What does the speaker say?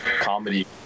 comedy